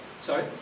Sorry